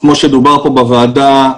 כמו שדובר פה בוועדה,